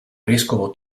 vescovo